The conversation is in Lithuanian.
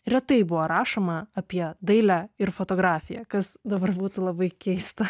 retai buvo rašoma apie dailę ir fotografiją kas dabar būtų labai keista